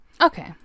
Okay